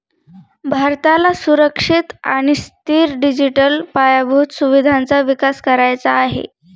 भारताला सुरक्षित आणि स्थिर डिजिटल पायाभूत सुविधांचा विकास करायचा आहे